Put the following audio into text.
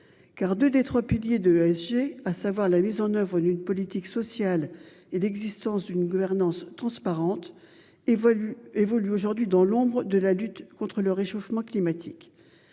Car 2 des 3 piliers de SG à savoir la mise en oeuvre une politique sociale et l'existence d'une gouvernance transparente. Évolue évolue aujourd'hui dans l'ombre de la lutte contre le réchauffement climatique.